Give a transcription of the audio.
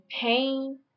pain